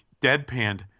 deadpanned